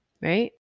right